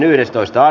asia